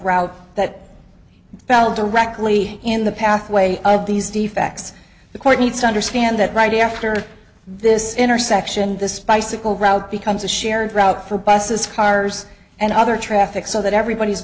route that fell directly in the pathway of these defects the court needs to understand that right after this intersection this bicycle route becomes a shared route for buses cars and other traffic so that everybody